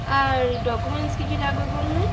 আর ওই ডকুমেন্টস কী কী লাগবে বললে